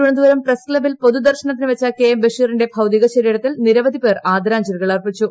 Thiruvananthapuram press ക്ലബ്ബിൽ പൊതുദർശനത്തിന് വെച്ച കെ എം ബഷീറിന്റെ ഭൌതികശരീരത്തിൽ നിരവധി പേർ ആദരാഞ്ജലികൾ അർപ്പിച്ചു